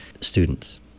students